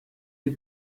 die